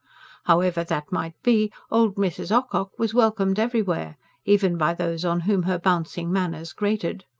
however that might be, old mrs. ocock was welcomed everywhere even by those on whom her bouncing manners grated.